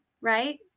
Right